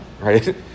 right